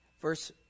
Verse